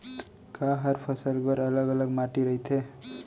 का हर फसल बर अलग अलग माटी रहिथे?